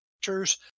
pictures